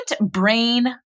brain